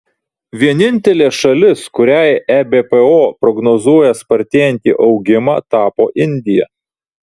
vienintelė šalis kuriai ebpo prognozuoja spartėjantį augimą tapo indija